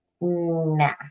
nah